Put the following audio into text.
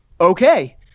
okay